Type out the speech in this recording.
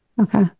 Okay